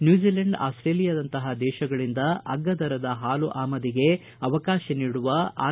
New Zealand ಆಸ್ವೇಲಿಯಾದಂತಹ ದೇಶಗಳಿಂದ ಅಗ್ಗದ ದರದ ಹಾಲು ಆಮದಿಗೆ ಅವಕಾಶ ನೀಡುವ ಆರ್